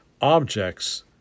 objects